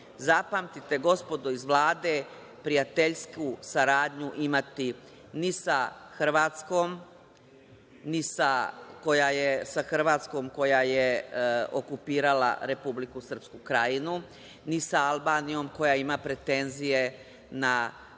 zapamtite gospodo iz Vlade, prijateljsku saradnju imati ni sa Hrvatskom, koja je okupirala Republiku Srpsku Krajnu, ni sa Albanijom koja ima pretenzije na